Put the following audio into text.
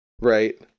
Right